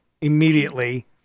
immediately